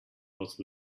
was